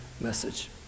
message